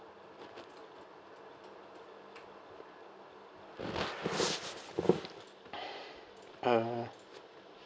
uh